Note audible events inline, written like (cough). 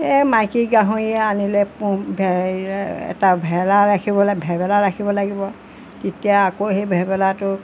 এই মাইকী গাহৰি আনিলে (unintelligible) এটা ভেৰা ৰাখিব লাগিব ভেবেলা ৰাখিব লাগিব তেতিয়া আকৌ সেই ভেবেলাটো